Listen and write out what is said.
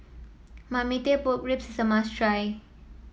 Marmite Pork Ribs is a must try